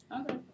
Okay